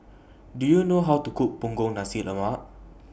Do YOU know How to Cook Punggol Nasi Lemak